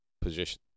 position